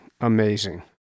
amazing